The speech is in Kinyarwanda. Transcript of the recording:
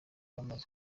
bamaze